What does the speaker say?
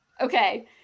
Okay